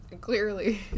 Clearly